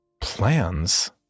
Plans